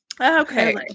Okay